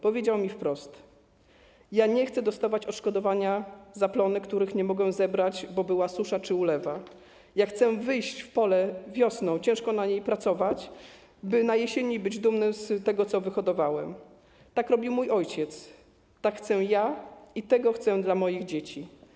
Powiedział mi wprost: Ja nie chcę dostawać odszkodowania za plony, których nie mogę zebrać, bo była susza czy ulewa, ja chcę wyjść w pole wiosną, ciężko na nim pracować, by na jesieni być dumnym z tego, co wyhodowałem, tak robił mój ojciec, tak chcę ja i tego chcę dla moich dzieci.